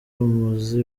umuzi